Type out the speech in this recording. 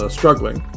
struggling